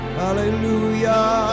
hallelujah